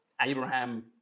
Abraham